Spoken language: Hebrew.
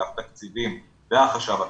אגף תקציבים והחשב הכללי,